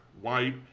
white